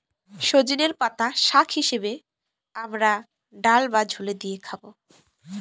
সজনের পাতা শাক হিসেবে আমরা ডাল বা ঝোলে দিয়ে খাবো